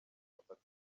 hafatwa